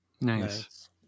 Nice